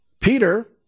Peter